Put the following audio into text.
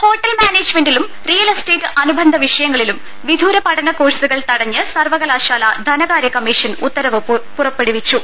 hotel മാനേജ്മെന്റിലും real estate അനുബന്ധ വിഷ യങ്ങളിലും വിദൂരപഠന കോഴ്സുകൾ തടഞ്ഞ് സർവ്വകലാശാലാ ധനകാരൃ കമ്മീഷൻ ഉത്തരവ് പുറപ്പെടുവിച്ചു